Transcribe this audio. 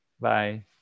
Bye